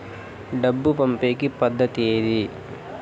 డబ్బు పంపేకి పద్దతి ఏది